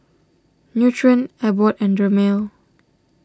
Nutren Abbott and Dermale